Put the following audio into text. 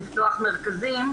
מרכזים,